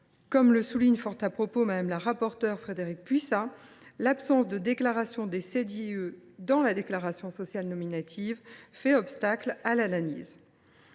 Comme le souligne fort à propos Mme le rapporteur, Frédérique Puissat, « l’absence de déclaration des CDIE dans la déclaration sociale nominative (DSN) fait obstacle à une